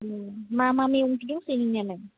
मा मा मैगं दंसोयो नोंनियालाय